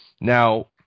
Now